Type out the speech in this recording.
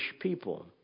people